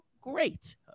great